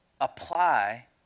apply